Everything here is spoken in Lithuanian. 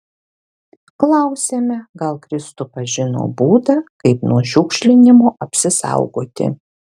klausiame gal kristupas žino būdą kaip nuo šiukšlinimo apsisaugoti